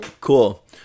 Cool